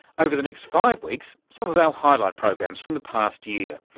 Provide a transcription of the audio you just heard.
over the next five weeks, some of our highlight programs from the past year.